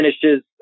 finishes